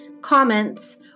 comments